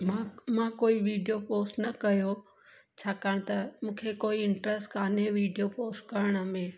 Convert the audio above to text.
मां मां कोई वीडियो पोस्ट न कयो छाकाणि त मूंखे कोई इंट्र्स्ट काने वीडियो पोस्ट करण में